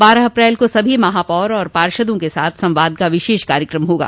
बारह अप्रैल को सभी महापौर और पार्षदों के साथ संवाद का विशेष कार्यक्रम होगा